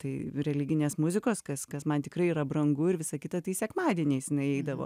tai religinės muzikos kas kas man tikrai yra brangu ir visa kita tai sekmadieniais jinai eidavo